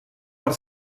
per